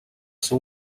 ser